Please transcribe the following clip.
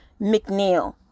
McNeil